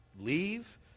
leave